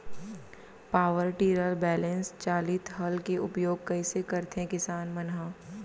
Power tiller बैलेंस चालित हल के उपयोग कइसे करथें किसान मन ह?